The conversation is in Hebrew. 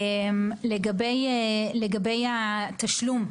לגבי התשלום,